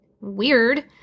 Weird